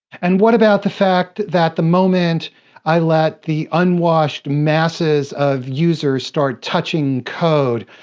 and what about the fact that the moment i let the unwashed masses of users start touching code,